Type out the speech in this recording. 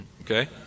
Okay